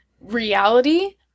reality